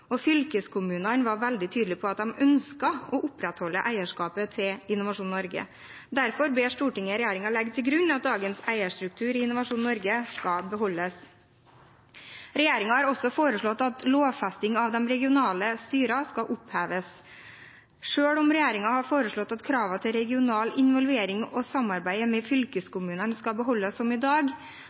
og fylkeskommunene var veldig tydelige på at de ønsket å opprettholde eierskapet til Innovasjon Norge. Derfor ber Stortinget regjeringen legge til grunn at dagens eierstruktur i Innovasjon Norge skal beholdes. Regjeringen har også foreslått at lovfesting av de regionale styrene skal oppheves. Selv om regjeringen har foreslått at kravet til regional involvering og samarbeid med fylkeskommunene skal beholdes som i dag,